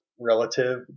relative